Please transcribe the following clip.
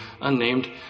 unnamed